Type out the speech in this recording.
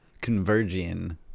converging